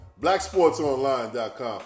BlackSportsOnline.com